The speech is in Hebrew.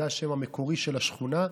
זה השם המקורי של השכונה,